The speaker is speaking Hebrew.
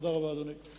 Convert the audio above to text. תודה רבה, אדוני.